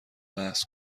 بحث